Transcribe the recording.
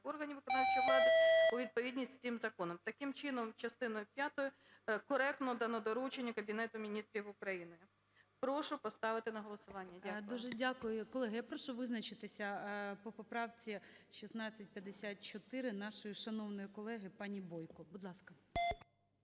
органів виконавчої влади у відповідність з цим законом". Таким чином, частиною п'ятою коректно дано доручення Кабінету Міністрів України. Прошу поставити на голосування. Дякую. ГОЛОВУЮЧИЙ. Дуже дякую. Колеги, я прошу визначитися по поправці 1654 нашої шановної колеги пані Бойко, будь ласка.